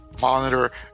monitor